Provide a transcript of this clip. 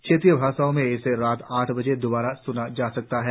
क्षेत्रीय भाषाओं में इसे रात आठ बजे दोबारा सूना जा सकता है